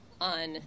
on